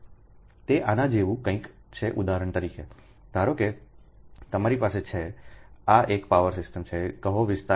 તે આના જેવું કંઈક છે ઉદાહરણ તરીકે ધારો કે તમારી પાસે છે આ એક પાવર સિસ્ટમ છે કહો વિસ્તાર 1